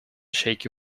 shaky